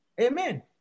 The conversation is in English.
Amen